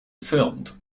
filmed